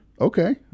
Okay